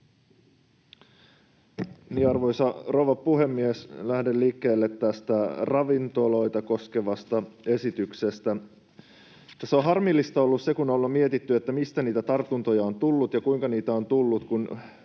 Arvoisa rouva puhemies! Lähden liikkeelle tästä ravintoloita koskevasta esityksestä. On harmillista ollut se, että kun ollaan mietitty, mistä niitä tartuntoja on tullut ja kuinka niitä on tullut, niin